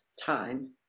time